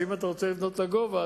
שאם אתה רוצה לבנות לגובה,